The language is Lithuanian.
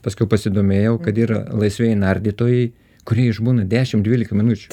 paskui pasidomėjau kad yra laisvieji nardytojai kurie išbūna dešim dvylika minučių